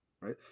Right